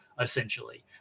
essentially